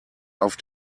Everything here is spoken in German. auf